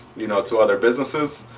you know to other businesses,